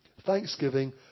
thanksgiving